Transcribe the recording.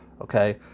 okay